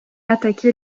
attaqué